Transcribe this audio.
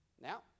Now